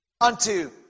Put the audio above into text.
unto